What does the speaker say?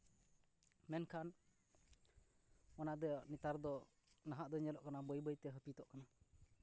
ᱢᱮᱱᱠᱷᱟᱱ ᱚᱱᱟ ᱫᱚ ᱱᱮᱛᱟᱨ ᱫᱚ ᱱᱟᱦᱟᱜ ᱫᱚ ᱧᱮᱞᱚᱜ ᱠᱟᱱᱟ ᱵᱟᱹᱭ ᱵᱟᱹᱭᱛᱮ ᱦᱟᱹᱯᱤᱫᱚᱜ ᱠᱟᱱᱟ